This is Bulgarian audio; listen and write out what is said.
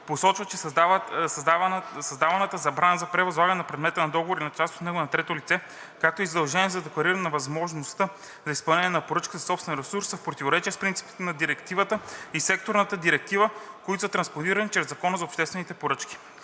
Посочват, че създаваната забрана за превъзлагане на предмета на договор или част от него на трето лице, както и задължението за деклариране на възможността за изпълнение на поръчката със собствен ресурс са в противоречие с принципите на Директивата и Секторната директива, които са транспонирани чрез Закона за обществените поръчки.